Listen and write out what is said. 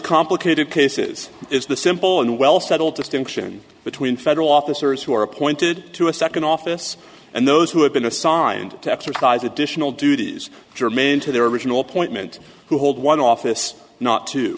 complicated cases is the simple and well settled distinction between federal officers who are appointed to a second office and those who have been assigned to exercise additional duties germane to their original point meant who hold one office not to